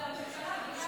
תודה רבה,